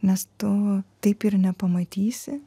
nes tu taip ir nepamatysi